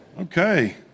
Okay